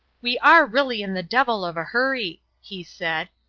we are really in the devil of a hurry, he said,